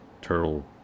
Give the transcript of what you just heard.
turtle